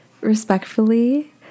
respectfully